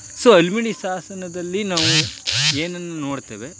so Halmidi ಶಾಸನದಲ್ಲಿ ನಾವು ಏನನ್ನು ನೋಡ್ತೇವೆ